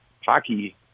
hockey